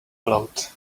glowed